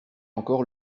encore